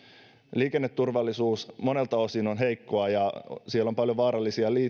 liikenneturvallisuus monelta osin on heikkoa ja siellä on paljon vaarallisia